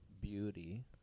beauty